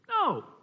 No